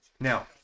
Now